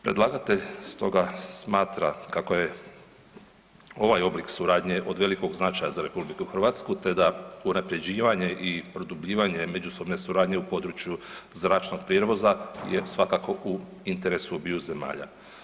Predlagatelj stoga smatra kako je ovaj oblik suradnje od velikog značaja za RH, te da unapređivanje i produbljivanje međusobne suradnje u području zračnog prijevoza je svakako u interesu obiju zemalja.